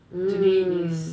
today is